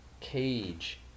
Cage